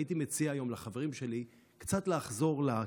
הייתי מציע היום לחברים שלי קצת לחזור ל-basics,